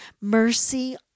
Mercy